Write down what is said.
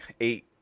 Eight